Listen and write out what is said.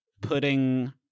putting